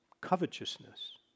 Covetousness